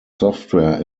software